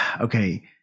okay